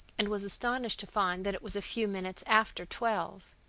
and was astonished to find that it was a few minutes after twelve.